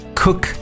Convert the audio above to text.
cook